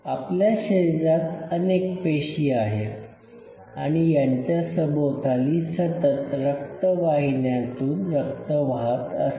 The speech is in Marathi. आपल्या शरीरात अनेक पेशी आहेत आणि यांच्या सभोवताली सतत रक्तवाहिन्यांतून रक्त वाहत असते